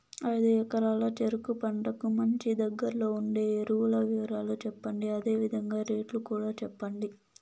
ఐదు ఎకరాల చెరుకు పంటకు మంచి, దగ్గర్లో ఉండే ఎరువుల వివరాలు చెప్పండి? అదే విధంగా రేట్లు కూడా చెప్పండి?